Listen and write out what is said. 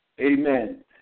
Amen